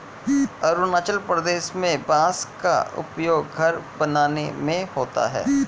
अरुणाचल प्रदेश में बांस का उपयोग घर बनाने में होता है